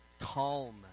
calm